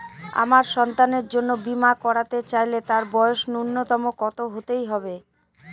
আমার সন্তানের জন্য বীমা করাতে চাইলে তার বয়স ন্যুনতম কত হতেই হবে?